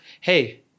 Hey